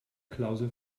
klausel